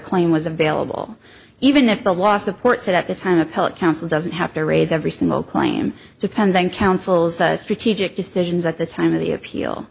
claim was available even if the law supports it at the time of counsel doesn't have to raise every single claim depends on counsel's strategic decisions at the time of the appeal